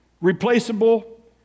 replaceable